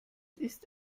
ist